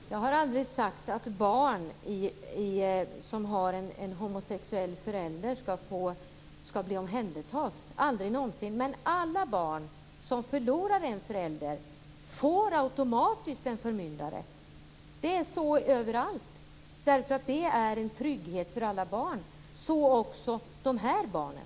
Fru talman! Jag har aldrig sagt att barn som har en homosexuell förälder skall omhändertas, aldrig någonsin. Men alla barn som förlorar en förälder får automatiskt en förmyndare. Det är så överallt därför att det är en trygghet för barnen, så också för de här barnen.